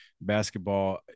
basketball